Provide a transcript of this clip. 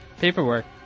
Paperwork